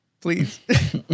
Please